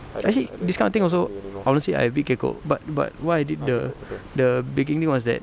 actually this kind of thing also honestly I a bit kekok but but why did the the baking thing was that